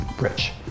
rich